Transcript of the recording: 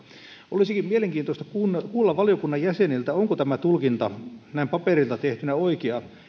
olisikin mielenkiintoista kuulla valiokunnan jäseniltä onko tämä tulkinta näin paperilta tehtynä oikea